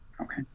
Okay